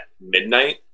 midnight